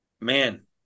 man